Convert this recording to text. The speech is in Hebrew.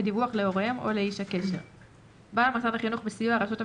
ודיווח להוריהם או לאיש הקשר; בעל מוסד החינוך בסיוע הרשות המקומית,